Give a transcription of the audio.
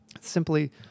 Simply